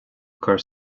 cur